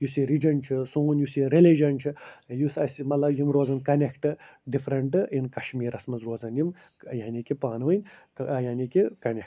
یُس یہِ رِجَن چھُ سون یُس یہِ رِلِجَن چھُ یُس اَسہِ مطلب یِم روزَن کَنیٚکٹہٕ ڈِفرَنٹہٕ اِن کَشمیٖرَس منٛز روزَن یِم یعنی کہِ پانہٕ وٲنۍ کا یعنی کہِ کَنیٚکٹہٕ